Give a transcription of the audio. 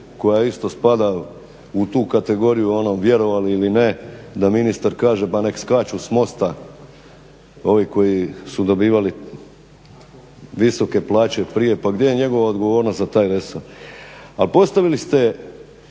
koja isto spada u tu kategoriju ono vjerovali ili ne da ministar kaže pa nek skaču s mosta ovi koji su dobivali visoke plaće prije, pa gdje je njegova odgovornost za taj resor. A postavili ste,